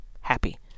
happy